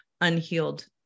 unhealed